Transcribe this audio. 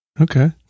Okay